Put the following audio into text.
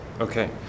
Okay